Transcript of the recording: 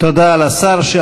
תודה לשר.